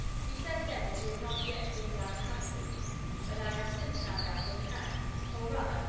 he said then that he had not yet been down to hathercleugh but i have since found out that he had or, rather,